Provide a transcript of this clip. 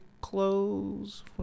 close